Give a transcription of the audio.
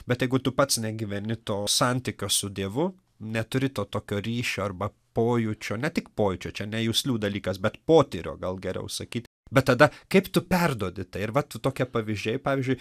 bet jeigu tu pats negyveni to santykio su dievu neturi to tokio ryšio arba pojūčio ne tik pojūčio čia ne juslių dalykas bet potyrio gal geriau sakyti bet tada kaip tu perduodi tai ir vat tokie pavyzdžiai pavyzdžiui